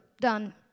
Done